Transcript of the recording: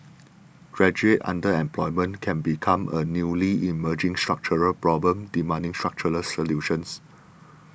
graduate underemployment can become a newly emerging structural problem demanding structural solutions